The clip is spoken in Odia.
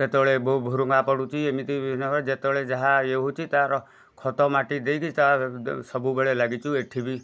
କେତେବେଳେ ଭୁରୁଙ୍ଗା ପଡ଼ୁଛି ଏମିତି ବିଭିନ୍ନ ଭାବରେ ଯେତେବେଳେ ଯାହା ଇଏ ହେଉଛି ତା'ର ଖତ ମାଟି ଦେଇକି ତା ସବୁବେଳେ ଲାଗିଛୁ ଏଠି ବି